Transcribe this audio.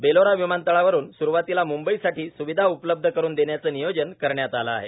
बेलोरा विमानतळावरुन सुरवातीला मुंबईसाठी सुविधा उपलब्ध करून देण्याचे नियोजन करण्यात आले आहे